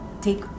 take